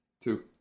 Two